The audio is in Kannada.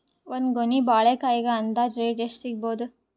ಒಂದ್ ಗೊನಿ ಬಾಳೆಕಾಯಿಗ ಅಂದಾಜ ರೇಟ್ ಎಷ್ಟು ಸಿಗಬೋದ?